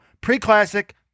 pre-classic